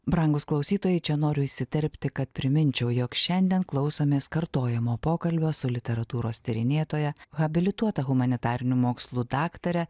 brangūs klausytojai čia noriu įsiterpti kad priminčiau jog šiandien klausomės kartojamo pokalbio su literatūros tyrinėtoja habilituota humanitarinių mokslų daktare